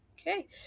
Okay